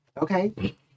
Okay